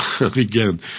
again